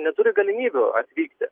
neturi galimybių atvykti